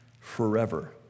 forever